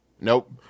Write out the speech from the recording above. Nope